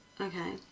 Okay